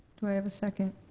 do i have a second?